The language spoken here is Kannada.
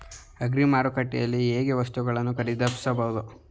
ಅಗ್ರಿ ಮಾರುಕಟ್ಟೆಯಲ್ಲಿ ಹೇಗೆ ವಸ್ತುಗಳನ್ನು ಖರೀದಿಸಬಹುದು?